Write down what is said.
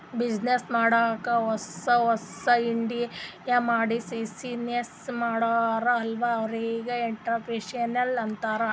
business ಮಾಡಾಗ್ ಹೊಸಾ ಹೊಸಾ ಐಡಿಯಾ ಮಾಡಿ ಬಿಸಿನ್ನೆಸ್ ಮಾಡ್ತಾರ್ ಅಲ್ಲಾ ಅವ್ರಿಗ್ ಎಂಟ್ರರ್ಪ್ರಿನರ್ಶಿಪ್ ಅಂತಾರ್